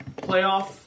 playoff